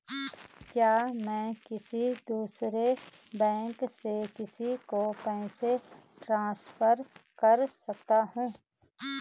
क्या मैं किसी दूसरे बैंक से किसी को पैसे ट्रांसफर कर सकता हूँ?